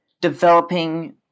developing